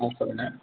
ஆ சொல்லுங்கள்